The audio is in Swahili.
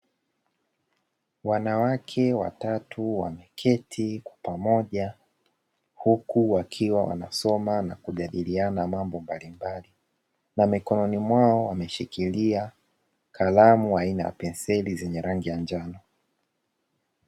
Wanawake watatu wameketi kwa pamoja, huku wakiwa wanasoma na kujadiliana mambo mbalimbali na mikononi mwao wameshikilia kalamu aina ya penseli zenye rangi ya njano.